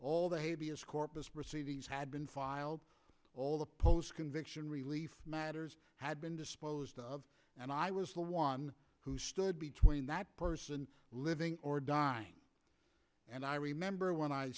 all they be as corpus christi these had been filed all the post conviction relief matters had been disposed of and i was the one who stood between that person living or dying and i remember when i